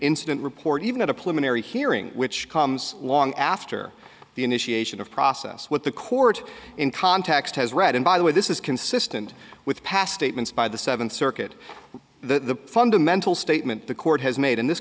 incident report even at a plumeria hearing which comes along after the initiation of process what the court in context has read and by the way this is consistent with past eight months by the seventh circuit the fundamental statement the court has made and this